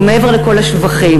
ומעבר לכל השבחים,